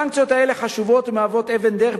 הסנקציות האלה חשובות ומהוות אבן דרך